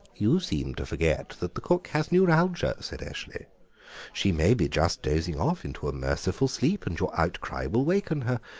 you seem to forget that the cook has neuralgia, said eshley she may be just dozing off into a merciful sleep and your outcry will waken her.